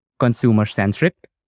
consumer-centric